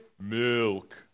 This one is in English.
milk